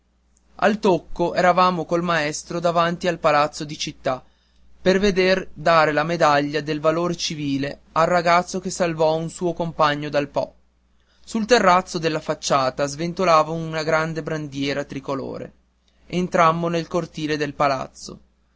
al tocco eravamo col maestro davanti al palazzo di città per veder dare la medaglia del valor civile al ragazzo che salvò il suo compagno dal po sul terrazzo della facciata sventolava una grande bandiera tricolore entrammo nel cortile del palazzo